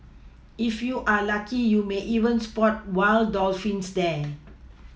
if you are lucky you may even spot wild dolphins there